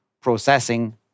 processing